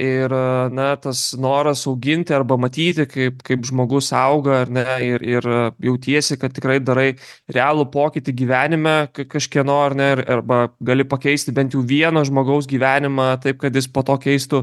ir na tas noras auginti arba matyti kaip kaip žmogus auga ar ne ir ir jautiesi kad tikrai darai realų pokytį gyvenime ka kažkieno ar ne arba gali pakeisti bent jau vieno žmogaus gyvenimą taip kad jis po to keistų